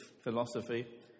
philosophy